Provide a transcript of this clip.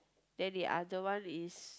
then the other one is